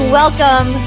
welcome